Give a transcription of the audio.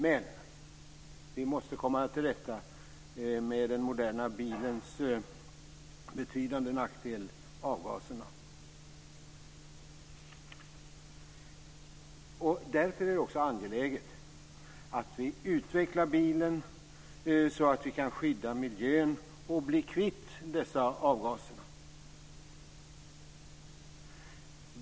Men vi måste komma till rätta med den moderna bilens betydande nackdel, avgaserna. Därför är det också angeläget att vi utvecklar bilen så att vi kan skydda miljön och bli kvitt dessa avgaser.